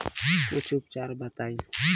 कुछ उपचार बताई?